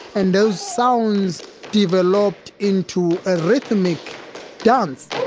and those sounds developed into a rhythmic dance